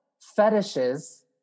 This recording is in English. fetishes